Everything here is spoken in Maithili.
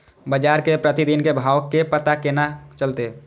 बजार के प्रतिदिन के भाव के पता केना चलते?